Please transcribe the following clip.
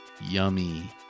Yummy